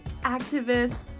activists